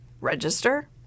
register